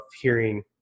hearing